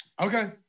Okay